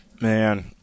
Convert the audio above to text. Man